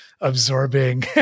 absorbing